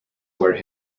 where